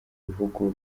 bihugu